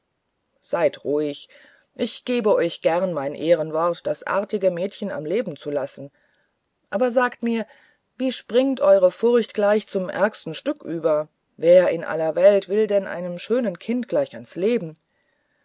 seid ruhig ich geb euch gern mein ehrenwort das artige mädchen am leben zu lassen aber sagt mir wie springt eure furcht gleich zum ärgsten stück über wer in aller welt will denn einem schönen kinde gleich ans leben